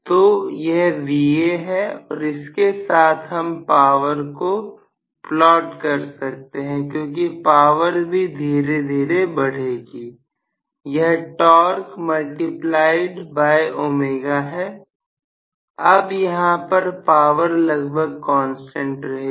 तो यह Va है और इसके साथ हम पावर को प्लॉट कर सकते हैं क्योंकि पावर भी धीरे धीरे बढ़ेगी यह टॉर्क मल्टीप्लायड बाय ω है